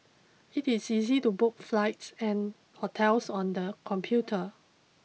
it is easy to book flights and hotels on the computer